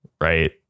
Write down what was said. Right